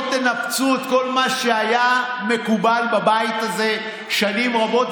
אולי לא תנפצו את כל מה שהיה מקובל בבית הזה שנים רבות,